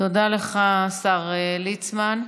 תודה לך, השר ליצמן.